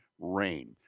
rain